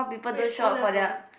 wait O-level